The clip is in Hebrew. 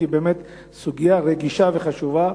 כי היא באמת סוגיה רגישה וחשובה.